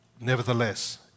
Nevertheless